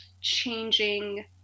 changing